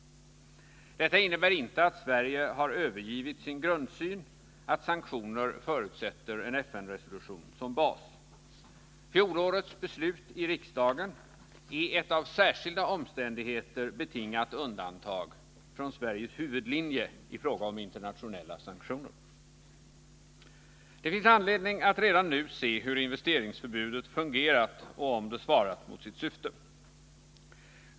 Detta innebär inte att Sverige har övergivit sin grundsyn att sanktioner förutsätter en FN-resolution som bas. Fjolårets beslut i riksdagen är ett av särskilda omständigheter betingat undantag från Sveriges huvudlinje i fråga om internationella sanktioner. Det finns anledning att redan nu se hur investeringsförbudet fungerat och om det svarat mot sitt syfte.